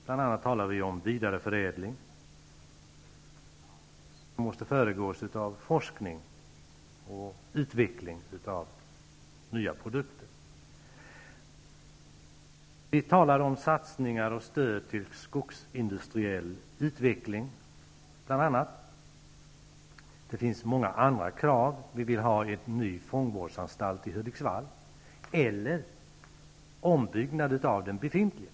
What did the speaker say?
Bl.a. talar vi om vidareförädling, som måste föregås av forskning och utveckling av nya produkter. Vi talar om satsningar på och stöd till skogsindustriell utveckling. Det finns även många andra krav. Vi vill ha en ny fångvårdsanstalt i Hudiksvall eller en ombyggnad av den befintliga.